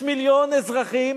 יש מיליון אזרחים